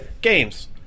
games